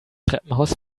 treppenhaus